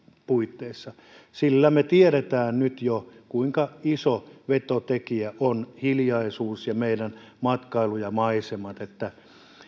puitteissa sillä me tiedämme nyt jo kuinka iso vetotekijä ovat hiljaisuus ja meidän matkailu ja maisemat niin että